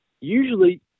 usually